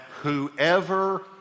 whoever